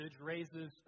raises